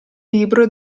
libro